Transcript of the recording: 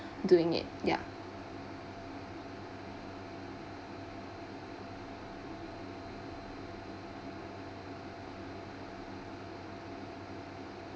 doing it ya